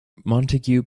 montague